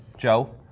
joe?